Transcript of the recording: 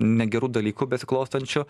negerų dalykų besiklostančių